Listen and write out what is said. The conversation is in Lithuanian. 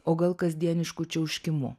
o gal kasdienišku čiauškimu